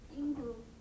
in-group